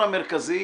המרכזי